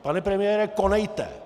Pane premiére, konejte!